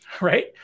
Right